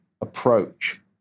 approach